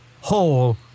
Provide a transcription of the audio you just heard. whole